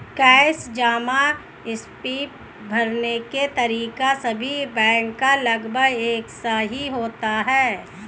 cash जमा slip भरने का तरीका सभी बैंक का लगभग एक सा ही होता है